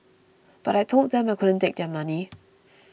but I told them I couldn't take their money